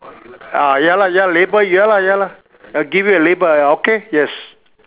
uh ya lah ya lah label ya lah ya lah give you a label okay yes